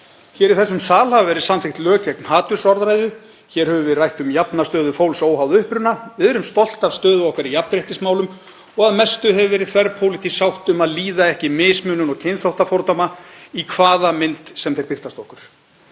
Hér í þessum sal hafa verið samþykkt lög gegn hatursorðræðu. Hér höfum við rætt um jafna stöðu fólks óháð uppruna. Við erum stolt af stöðu okkar í jafnréttismálum og að mestu hefur verið þverpólitísk sátt um að líða ekki mismunun og kynþáttafordóma í hvaða mynd sem þeir birtast okkur.